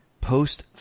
post